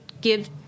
give